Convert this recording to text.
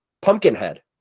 Pumpkinhead